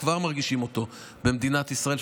כבר מרגישים אותו במדינת ישראל.